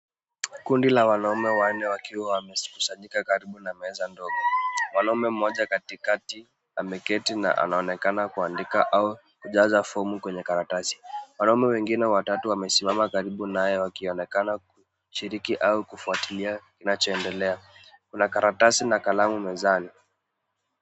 Kundi la wanaume wanne wakiwa wamekusanyika karibu na meza ndogo. mwanamume mmoja katikati ameketi na anaonekana kuandika au kujaza fomu kwenye karatasi. Wanaume wengine watatu wamesimama karibu naye wakionekana kushiriki au kufuatilia kinachoendelea. Kuna karatasi na kalamu mezani.